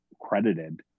credited